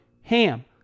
HAM